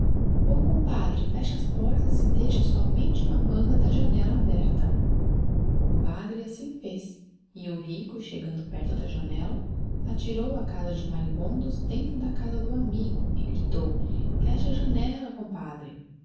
o compadre fecha as portas e deixa somente uma banda da janella aberta o compadre assim fez e o rico chegando perto da janella atirou a casa de marimbondos dentro da casa do amigo e gritou fecha a janella compadre